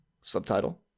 Subtitle